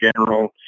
General